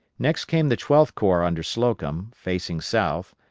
next came the twelfth corps under slocum, facing south,